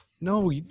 No